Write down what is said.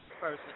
person